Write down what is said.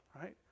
right